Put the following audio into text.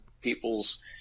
people's